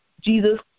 Jesus